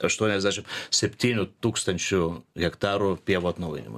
aštuoniasdešimt septynių tūkstančių hektarų pievų atnaujinimui